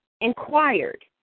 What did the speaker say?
inquired